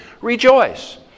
Rejoice